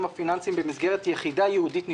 הפיננסיים במסגרת יחידה ייעודית נפרדת,